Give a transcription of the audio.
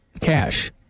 Cash